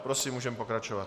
Prosím, můžeme pokračovat.